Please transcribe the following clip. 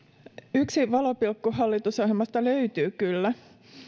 yksi valopilkku hallitusohjelmasta löytyy kyllä